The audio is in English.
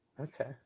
okay